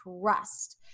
trust